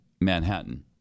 Manhattan